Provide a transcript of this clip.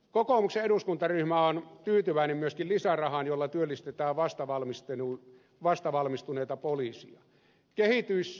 kokoomuksen eduskuntaryhmä on tyytyväinen myöskin lisärahaan jolla työllistetään vastavalmistuneita poliiseja